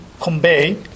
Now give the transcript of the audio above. convey